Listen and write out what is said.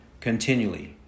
continually